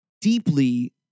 deeply